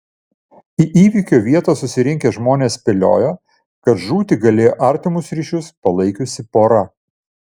į įvykio vietą susirinkę žmonės spėliojo kad žūti galėjo artimus ryšius palaikiusi pora